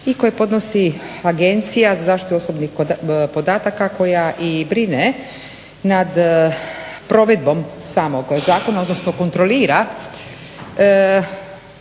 i koje podnosi Agencija za zaštitu osobnih podataka koja i brine nad provedbom samog zakona, odnosno kontrolira